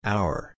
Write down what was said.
Hour